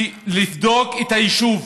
לבדוק את היישוב,